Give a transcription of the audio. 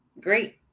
great